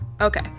okay